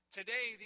Today